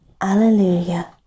Alleluia